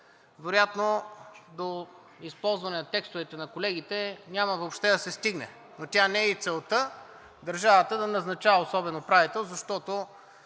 вероятно до използване текстовете на колегите няма въобще да се стигне, но тя не е и целта държавата да назначава особен управител, защото